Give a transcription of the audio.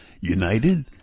united